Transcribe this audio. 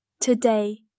Today